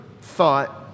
thought